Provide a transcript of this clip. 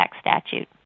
statute